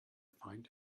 find